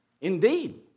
Indeed